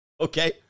Okay